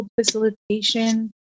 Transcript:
facilitation